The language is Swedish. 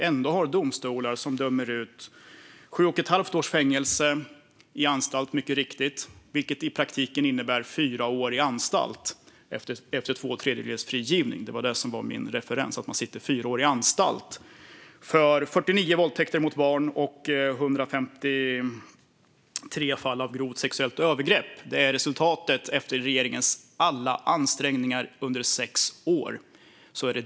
Ändå har vi domstolar som mycket riktigt dömer ut sju och ett halvt års fängelse, vilket i praktiken innebär fyra år på anstalt med tanke på frigivningen efter två tredjedelar av tiden. Det var det jag refererade till: att man sitter fyra år på anstalt. Detta blir straffet för 49 våldtäkter mot barn och 153 fall av grovt sexuellt övergrepp. Det är resultatet efter regeringens alla ansträngningar under sex år.